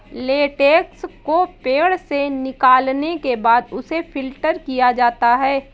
latex को पेड़ से निकालने के बाद उसे फ़िल्टर किया जाता है